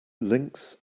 links